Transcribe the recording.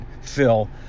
Phil